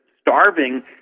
starving